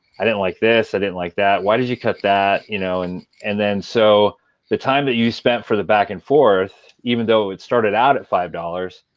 i didn't like this, i didn't like that. why did you cut that? you know and and so the time that you spent for the back and forth, even though it started out at five dollars,